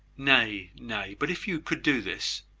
nay, nay! but if you could do this,